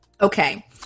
okay